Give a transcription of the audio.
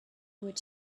would